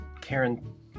karen